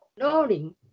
Rolling